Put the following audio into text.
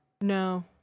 No